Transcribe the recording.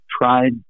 tried